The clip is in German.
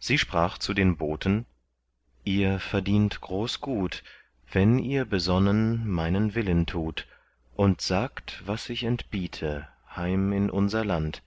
sie sprach zu den boten ihr verdient groß gut wenn ihr besonnen meinen willen tut und sagt was ich entbiete heim in unser land